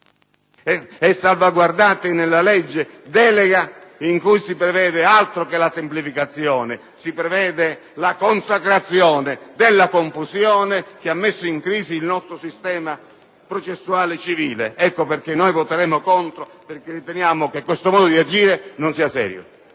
e salvaguardati nella legge delega in cui si prevede - altro che semplificazione! - la consacrazione della confusione che ha messo in crisi il nostro sistema processuale civile. Ecco perché il nostro voto sarà contrario, perché riteniamo che questo modo di agire non sia serio.